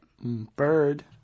Bird